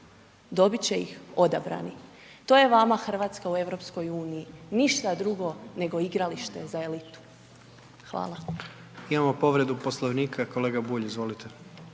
dobiti će vam odabrani. To je vama Hrvatska u EU, ništa drugo nego igralište za elitu. Hvala.